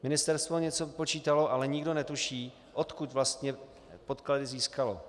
Ministerstvo něco vypočítalo, ale nikdo netuší, odkud vlastně podklady získalo.